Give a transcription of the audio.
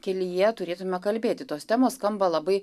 kelyje turėtume kalbėti tos temos skamba labai